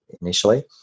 initially